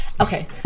Okay